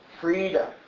freedom